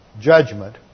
judgment